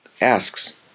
asks